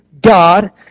God